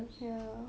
ya